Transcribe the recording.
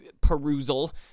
perusal